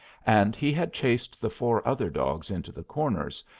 and he had chased the four other dogs into the corners,